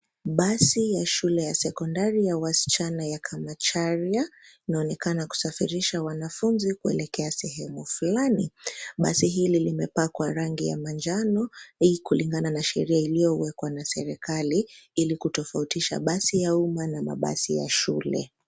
Basi ya shule ya sekondari ya wasichana ya Kamacharia inaonekana kusafirisha wanafunzi kuelekea sehemu fulani. Basi hili limepakwa rangi ya manjano; hii ni kulingana na sheria iliyowekwa na serikali ili kutofautisha basi ya umma na basi ya shule.